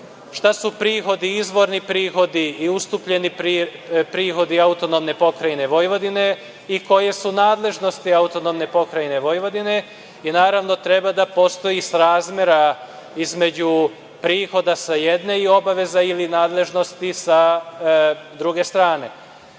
šta su prihodi, izvorni prihodi i ustupljeni prihodi AP Vojvodine i koje su nadležnosti AP Vojvodine i, naravno, treba da postoji srazmera između prihoda, sa jedne, i obaveza ili nadležnosti, sa druge strane.